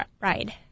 ride